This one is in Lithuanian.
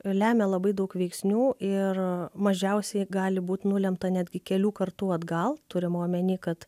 lemia labai daug veiksnių ir mažiausiai gali būt nulemta netgi kelių kartų atgal turima omeny kad